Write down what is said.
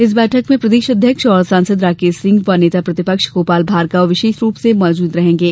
इस बैठक में प्रदेश अध्यक्ष और सांसद राकेश सिंह व नेता प्रतिपक्ष गोपाल भार्गव विशेष रूप से मौजूद रहेंगे